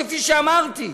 כפי שאמרתי.